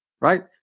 Right